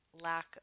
lack